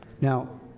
Now